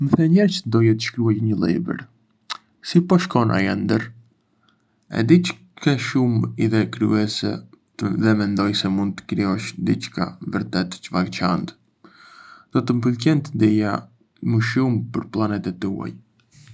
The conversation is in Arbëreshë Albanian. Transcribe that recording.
Më the njëherë çë doje të shkruaje një libër... si po shkon ai ëndërr? E di çë ke shumë ide krijuese dhe mendoj se mund të krijosh diçka vërtet të veçantë. Do të më pëlqente të dija më shumë për planet e tua.